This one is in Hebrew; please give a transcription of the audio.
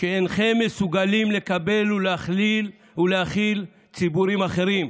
שאינכם מסוגלים לקבל ולהכיל ציבורים אחרים.